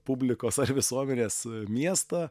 publikos ar visuomenės miestą